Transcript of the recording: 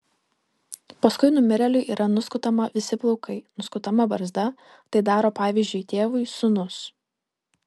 paskui numirėliui yra nuskutama visi plaukai nuskutama barzda tai daro pavyzdžiui tėvui sūnus